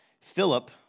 Philip